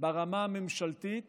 ברמה הממשלתית